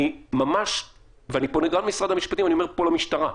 אני פונה גם למשרד המשפטים, ואני אומר פה למשטרה,